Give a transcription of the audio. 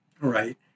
right